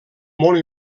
molt